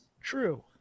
True